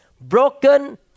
broken